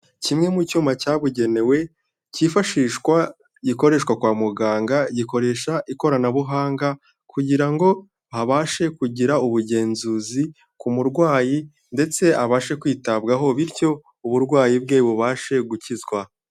Kimwe mu cyuma cyabugenewe cyifashishwa gikoreshwa kwa muganga, gikoresha ikoranabuhanga kugira ngo habashe kugira ubugenzuzi ku murwayi ndetse abashe kwitabwaho, bityo uburwayi bwe bubashe gukizwa.